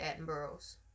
Attenboroughs